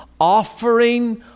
offering